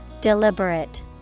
Deliberate